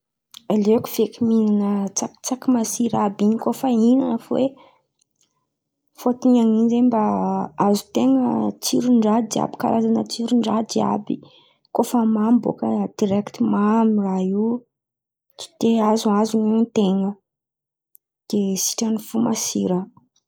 Aleo feky mihinan̈a tsakitsaky masira àby iren̈y koa fa hinan̈a fo ai. Fôtony amin’in̈y zen̈y mba azon-ten̈a tsiron-draha jiàby karazan̈a tsiron-draha jiàby. Koa fa mamy bôka direkty mamy raha io tsy de azokazo ny ain̈in-ten̈a, sitrany fô masira.